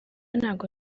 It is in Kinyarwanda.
ntabwo